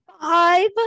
Five